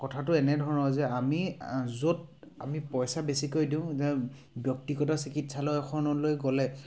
কথাটো এনেধৰণৰ যে আমি য'ত আমি পইচা বেছিকৈ দিওঁ ব্যক্তিগত চিকিৎসালয়খনলৈ গ'লে